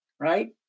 Right